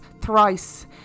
thrice